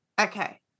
Okay